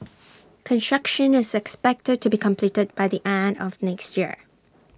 construction is expected to be completed by the end of next year